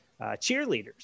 cheerleaders